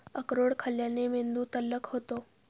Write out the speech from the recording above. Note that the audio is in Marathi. अक्रोड खाल्ल्याने मेंदू तल्लख होतो